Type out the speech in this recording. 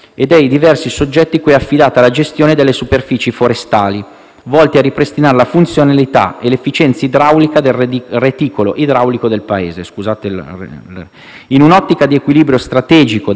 volte a ripristinare la funzionalità e l'efficienza idraulica del reticolo idraulico del Paese. In un'ottica di equilibrio strategico delle priorità d'intervento del Governo, finalizzate al rilancio del sistema Paese,